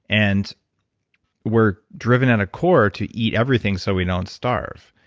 and we're driven at a core to eat everything so we don't starve.